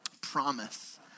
promise